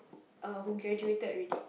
uh who graduated already